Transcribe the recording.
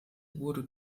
wurde